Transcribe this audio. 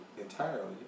entirely